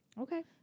okay